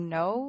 no